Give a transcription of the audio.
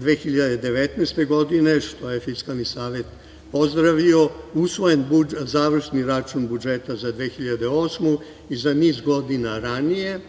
2019. godine, što je Fiskalni savet pozdravio, usvojen Završni račun budžeta za 2008. godinu, i za niz godina ranije,